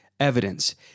Evidence